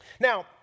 Now